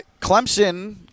clemson